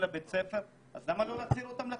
לבית הספר אז למה לא להחזיר אותם לחוגים?